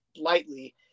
lightly